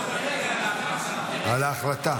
על ההחלטה.